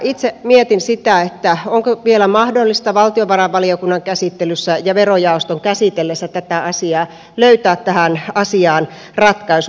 itse mietin sitä onko vielä mahdollista valtiovarainvaliokunnan käsittelyssä ja verojaoston käsitellessä tätä asiaa löytää tähän asiaan ratkaisu